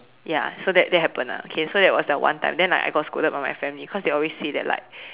ya so that that happened ah okay so that was that one time then I I got scolded by my family cause they always say that like